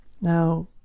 Now